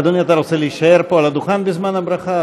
אדוני, אתה רוצה להישאר פה, על הדוכן, בזמן הברכה?